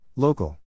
Local